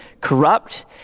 corrupt